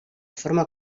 forma